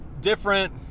different